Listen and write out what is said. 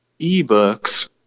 ebooks